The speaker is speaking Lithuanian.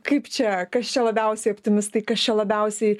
kaip čia kas čia labiausiai optimistai kas čia labiausiai